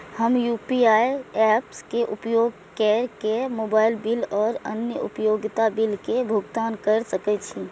हम UPI apps के उपयोग केर के मोबाइल बिल और अन्य उपयोगिता बिल के भुगतान केर सके छी